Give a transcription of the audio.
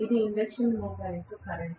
ఇది induction motor యొక్క current